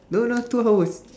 no not two hours